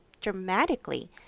dramatically